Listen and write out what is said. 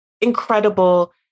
incredible